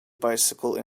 bicycle